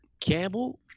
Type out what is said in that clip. Campbell